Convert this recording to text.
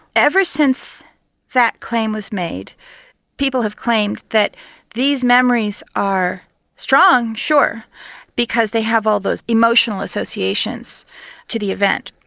ever since that claim was made people have claimed that these memories are strong, sure because they have all those emotional associations to the event.